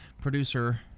producer